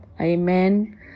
Amen